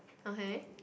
okay